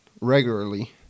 regularly